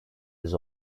yüz